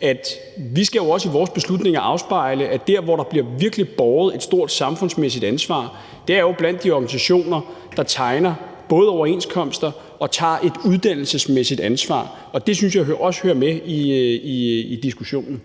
at vi jo i vores beslutninger skal afspejle, at der, hvor der virkelig bliver båret et stort samfundsmæssigt ansvar, er blandt de organisationer, der både tegner overenskomster og tager et uddannelsesmæssigt ansvar. Det synes jeg også hører med i diskussionen.